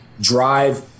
drive